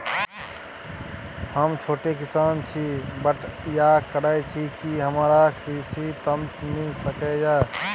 हम छोट किसान छी, बटईया करे छी कि हमरा कृषि ऋण मिल सके या?